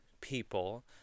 people